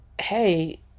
hey